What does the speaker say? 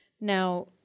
Now